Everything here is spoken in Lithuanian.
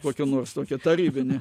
kokią nors tokią tarybinį